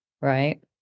right